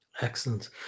Excellent